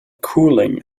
cooling